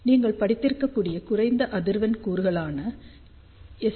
நீங்கள் படித்திருக்கக்கூடிய குறைந்த அதிர்வெண் கூறுகளான எஸ்